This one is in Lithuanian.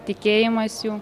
tikėjimas jų